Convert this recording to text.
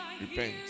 Repent